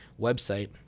website